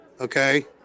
okay